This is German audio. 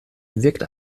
wirkt